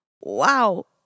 Wow